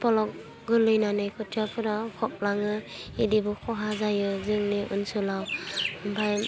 फल'ख गोलैनानै खोथियाफ्रा फबलाङो बिदिबो खहा जायो जोंनि ओनसोलाव ओमफाय